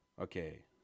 Okay